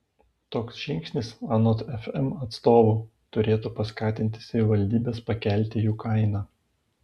toks žingsnis anot fm atstovų turėtų paskatinti savivaldybes pakelti jų kainą